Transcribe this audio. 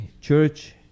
Church